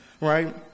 Right